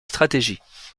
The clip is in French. stratégie